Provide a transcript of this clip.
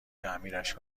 تعمیرش